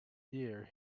year